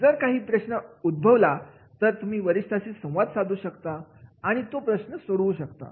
जर काही प्रश्न उद्भवला तर तुम्ही वरिष्ठांशी संवाद साधू शकता आणि तो प्रश्न सोडवू शकता